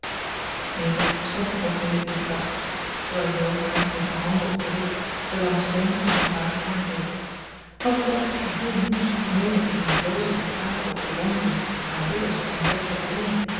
meta stond een oogenblik in gedachten terwijl jo haar met de handen op den rug belangstellend en verbaasd aankeek want het was iets geheel nieuws meta te zien blozen en praten over bewondering aanbidders en dergelijke dingen